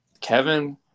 Kevin